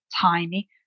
tiny